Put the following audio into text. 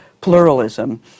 pluralism